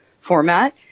format